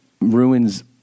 ruins